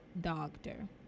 doctor